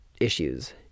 issues